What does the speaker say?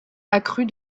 accrue